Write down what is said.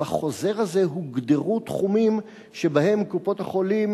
בחוזר הזה הוגדרו תחומים שבהם קופות-החולים